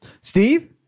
Steve